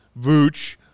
Vooch